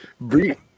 Breathe